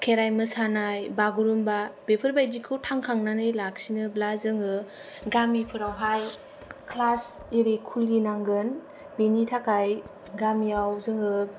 खेराइ मोसामाय बागुरुमबा बेफोरबादिखौ थांखांनानै लाखिनोब्ला जोङो गामिफोरावहाय क्लास एरि खुलिनांगोन बेनि थाखाय गामियाव जोङो